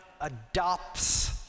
adopts